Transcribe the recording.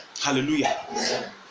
Hallelujah